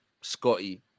Scotty